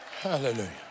Hallelujah